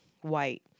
white